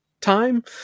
time